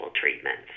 treatments